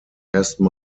ersten